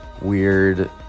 weird